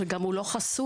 וגם הוא לא חשוף.